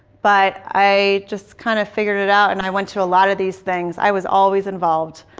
but i just kind of figured it out, and i went to a lot of these things. i was always involved.